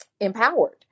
empowered